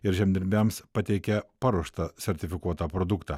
ir žemdirbiams pateikia paruoštą sertifikuotą produktą